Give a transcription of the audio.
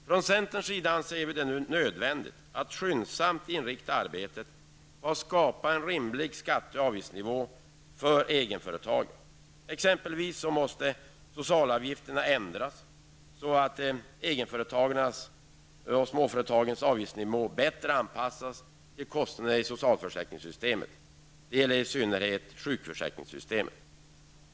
Från centerns sida anser vi det nu nödvändigt att skyndsamt inrikta arbetet på att skapa en rimlig skatte och avgiftsnivå för egenföretagarna. Exempelvis måste sociala avgiftsnivån ändras, så att egenföretagarnas och småföretagens avgiftsnivå bättre anpassas till kostnaderna i socialförsäkringssystemet. Det gäller i synnerhet sjukförsäkringssystemet.